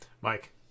Mike